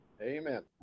Amen